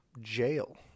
jail